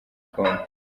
gikombe